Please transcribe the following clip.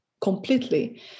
completely